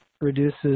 reduces